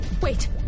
Wait